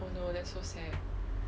oh no that's so sad